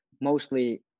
mostly